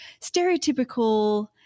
stereotypical